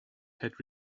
had